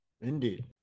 Indeed